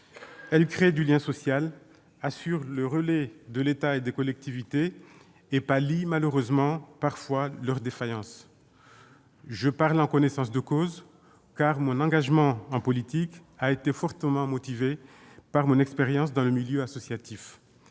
Elles créent du lien social, assurent le relais de l'État et des collectivités, et pallient malheureusement parfois leurs défaillances. Je parle en connaissance de cause, car mon engagement en politique a été fortement motivé par mon expérience dans le milieu associatif.